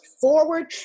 forward